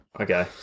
Okay